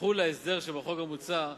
יחול ההסדר שבחוק המוצע,